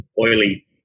oily